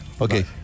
okay